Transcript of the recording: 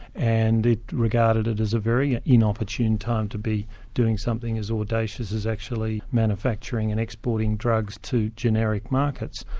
and it regarded it as a very inopportune time to be doing something as audacious as actually manufacturing and exporting drugs to generic markets.